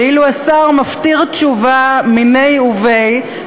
ואילו השר מפטיר תשובה מיניה וביה,